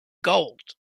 gold